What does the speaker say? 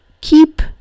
keep